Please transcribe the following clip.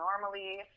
normally